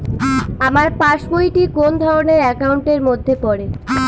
আমার পাশ বই টি কোন ধরণের একাউন্ট এর মধ্যে পড়ে?